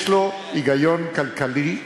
יש בו היגיון כלכלי,